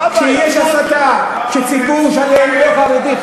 כשיש הסתה של ציבור לא חרדי,